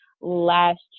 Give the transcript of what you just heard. last